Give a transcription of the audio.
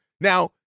Now